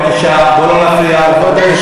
בבקשה בוא לא נפריע ונאפשר